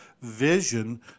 vision